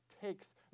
takes